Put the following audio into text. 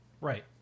Right